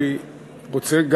אני רוצה,